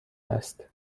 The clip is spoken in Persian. است